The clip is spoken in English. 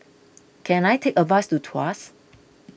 can I take a bus to Tuas